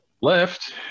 left